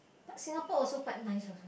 Singapore also quite nice also